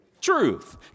Truth